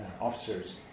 officers